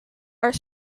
are